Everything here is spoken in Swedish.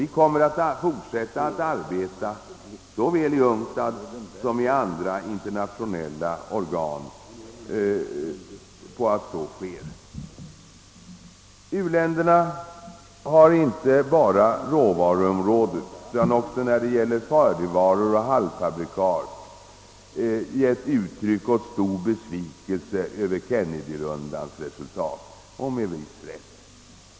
Vi kommer att fortsätta att arbeta såväl i UNGTAD som i andra internationella organ på att så sker. U-länderna har, inte bara på råvaruområdet, utan också när det gäller färdigvaror och halvfabrikat, gett uttryck åt besvikelse över Kennedyrondens resultat — detta med viss rätt.